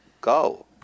go